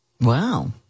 wow